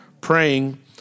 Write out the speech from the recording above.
praying